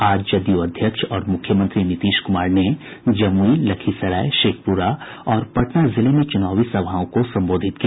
आज जदयू अध्यक्ष और मुख्यमंत्री नीतीश कुमार ने जमुई लखीसराय शेखपुरा और पटना जिले में चुनावी सभाओं को संबोधित किया